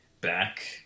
Back